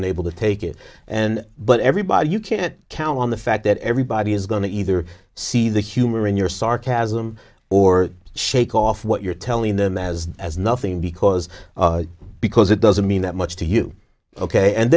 been able to take it and but everybody you can't count on the fact that everybody is going to either see the humor in your sarcasm or shake off what you're telling them as as nothing because because it doesn't mean that much to you ok and